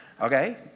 Okay